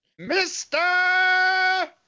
Mr